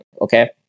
Okay